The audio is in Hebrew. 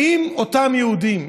האם אותם יהודים,